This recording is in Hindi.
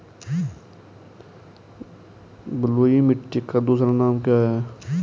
बलुई मिट्टी का दूसरा नाम क्या है?